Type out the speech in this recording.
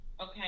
Okay